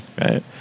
right